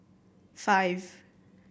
five